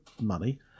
money